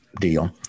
deal